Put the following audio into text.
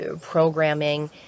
programming